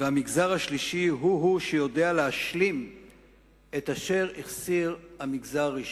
והמגזר השלישי הוא הוא שיודע להשלים את אשר החסיר המגזר הראשון.